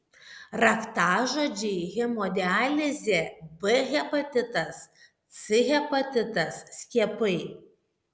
raktažodžiai hemodializė b hepatitas c hepatitas skiepai